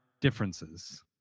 differences